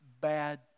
bad